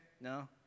No